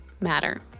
matter